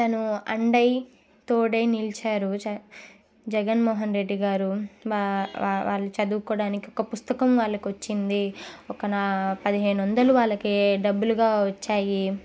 తను అండ అయి తోడై నిలిచారు జ జగన్ మోహన్ రెడ్డి గారు వాళ్ళు చదువుకోవడానికి ఒక పుస్తకం వాళ్ళకి వచ్చింది ఒక పదిహేను వందలు వాళ్ళకి డబ్బులుగా వచ్చాయి